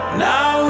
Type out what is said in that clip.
now